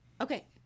okay